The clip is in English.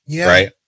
right